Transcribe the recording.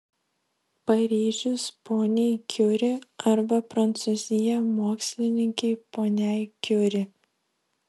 paryžius poniai kiuri arba prancūzija mokslininkei poniai kiuri